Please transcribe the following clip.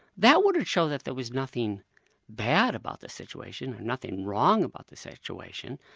that wouldn't show that there was nothing bad about this situation, and nothing wrong about the situation.